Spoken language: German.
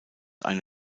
eine